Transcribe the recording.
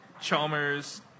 Chalmers